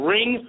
Ring